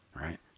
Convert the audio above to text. right